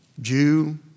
Jew